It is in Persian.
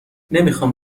نمیخام